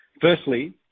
Firstly